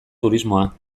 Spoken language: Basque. turismoa